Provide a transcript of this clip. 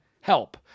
help